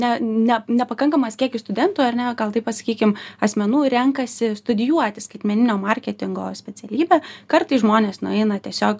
ne ne nepakankamas kiekis studentų ar ne gal taip pasakykim asmenų renkasi studijuoti skaitmeninio marketingo specialybę kartais žmonės nueina tiesiog